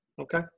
Okay